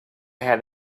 had